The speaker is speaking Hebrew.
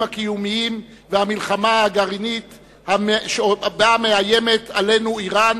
הקיומיים והמלחמה הגרעינית שבה מאיימת עלינו אירן,